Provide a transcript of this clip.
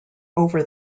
over